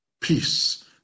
Peace